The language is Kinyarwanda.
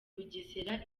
bugesera